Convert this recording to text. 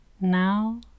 now